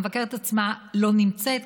המבקרת עצמה לא נמצאת,